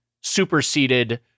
superseded